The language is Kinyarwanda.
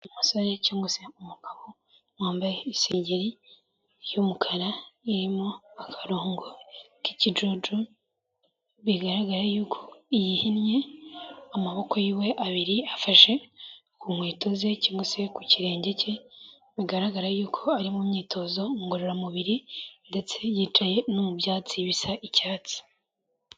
Umusore cyangwa se umugabo wambaye isengeri y'umukara irimo akarongo k'ikijuju, bigaragara y'uko yihinnye, amaboko yiwe abiri afashe ku nkweto ze cyangwa se ku kirenge cye bigaragara yuko ari mu myitozo ngororamubiri, ndetse yicaye no mu byatsi bisa icyatsi.